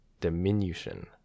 diminution